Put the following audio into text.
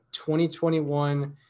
2021